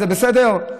זה בסדר?